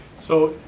so,